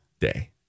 day